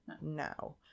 now